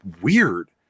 weird